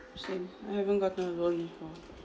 same I haven't gotten a loan before